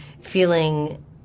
feeling